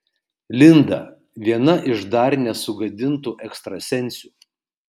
linda viena iš dar nesugadintų ekstrasensių